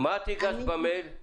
מה את ביקשת במייל?